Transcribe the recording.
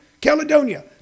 Caledonia